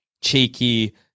Cheeky